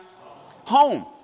home